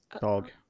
dog